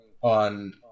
on